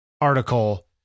article